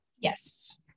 Yes